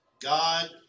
God